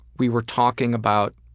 we were talking about